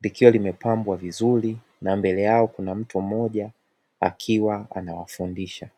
likiwa limepambwa vizuri na mbele yao kuna mtu mmoja akiwa anawafundisha.